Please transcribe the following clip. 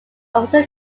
also